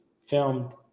filmed